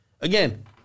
Again